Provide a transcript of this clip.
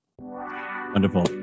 Wonderful